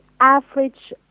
average